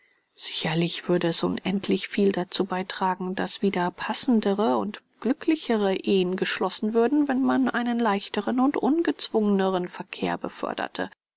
sicherlich würde es unendlich viel dazu beitragen daß wieder passendere und glücklichere ehen geschlossen würden wenn man einen leichteren und ungezwungneren verkehr